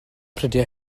prydau